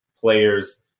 players